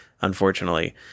unfortunately